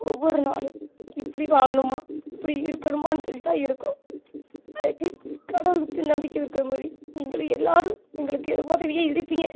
ஒவ்வொரு நாளும் இப்படி வாழணுமா இப்படி இருக்கணுமான்னு சொல்லி தான் இருக்கோம் அதுக்கு கடவுள்கிட்ட நம்பிக்கை இருக்கற மாதிரி நீங்களும் எல்லோரும் எங்களுக்கு உதவியா இருப்பீங்க